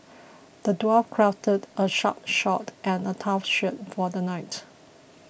the dwarf crafted a sharp sword and a tough shield for the knight